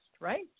right